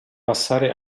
passare